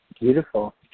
beautiful